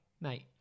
mate